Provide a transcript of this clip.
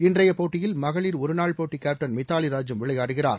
இன்றைய போட்டியில் மகளிர் ஒருநாள் போட்டி கேப்டன் மித்தாவி ராஜும் விளையாடுகிறார்